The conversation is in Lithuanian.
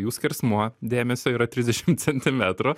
jų skersmuo dėmesio yra trisdešim centimetrų